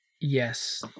Yes